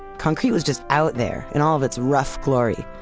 concrete was just out there and all of its rough glory,